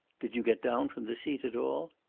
did you get down from the seat at all?